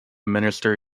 minister